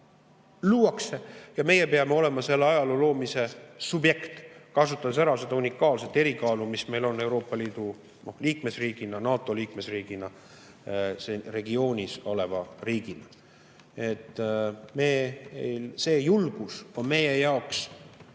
luuakse ja meie peame olema selle ajaloo loomise subjekt, kasutades ära seda unikaalset erikaalu, mis meil on Euroopa Liidu liikmesriigina, NATO liikmesriigina, regioonis oleva riigina. See julgus on meie jaoks